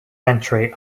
entry